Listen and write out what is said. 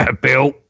Bill